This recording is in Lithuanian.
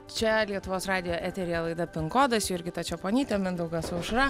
čia lietuvos radijo eteryje laida pin kodas jurgita čeponytė mindaugas aušra